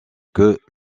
que